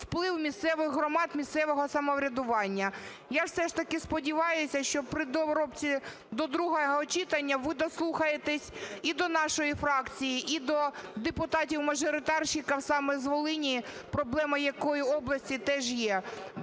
вплив місцевих громад, місцевого самоврядування. Я все ж таки сподіваюся, що при розробці до другого читання ви дослухаєтесь і до нашої фракції, і до депутатів-мажоритарщиків саме з Волині, проблема якої області теж є.